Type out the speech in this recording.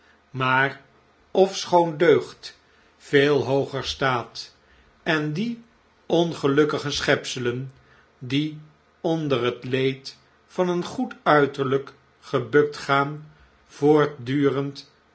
maar ofschoon deugd veel hooger staat en die ongelukkige schepselen die onder het leed van een goed uiterlijk gebukt gaan voortdurend